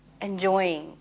enjoying